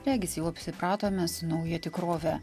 regis jau apsipratome su nauja tikrove